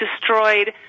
destroyed